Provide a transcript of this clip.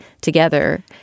together